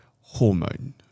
hormone